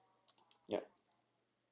yup